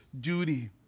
duty